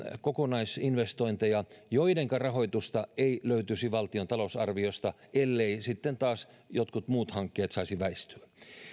kokonaisinvestointeja joidenka rahoitusta ei löytyisi valtion talousarviosta elleivät sitten taas jotkut muut hankkeet saisi väistyä